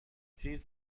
تیتر